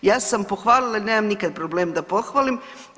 Ja sam pohvalila nemam nikad problem da pohvalim.